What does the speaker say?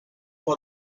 for